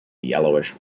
yellowish